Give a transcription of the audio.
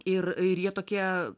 ir ir jie tokie